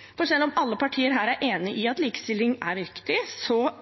er enig i at likestilling er viktig,